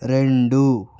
రెండు